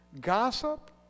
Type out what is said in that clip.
Gossip